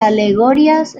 alegorías